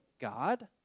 God